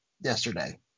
yesterday